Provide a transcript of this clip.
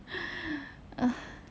ah